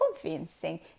convincing